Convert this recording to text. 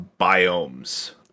biomes